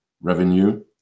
revenue